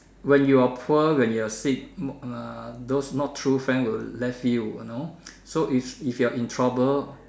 when you are poor when you are sick uh those not true friend will left you you know so if you are in trouble